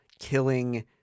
killing